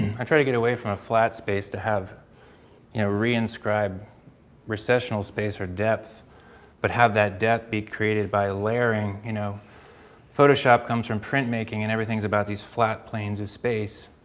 and um try to get away from a flat space to have you know reinscribe recessional space or depth but have that depth be created by layering. you know photoshop comes from printmaking and everything's about these flat plains of space,